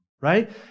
right